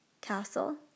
castle